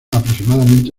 aproximadamente